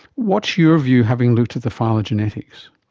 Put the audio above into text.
what's your view, having looked at the phylogenetics?